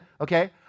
okay